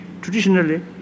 traditionally